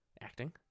acting